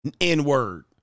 n-word